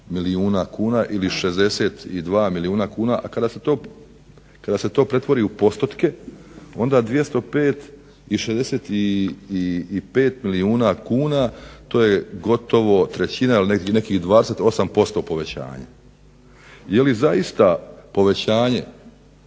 milijuna kuna ili 62 milijuna kuna. A kada se to pretvori u postotke onda 205 i 65 milijuna kuna to je gotovo trećina ili nekih 28% povećanje. Jeli zaista povećanje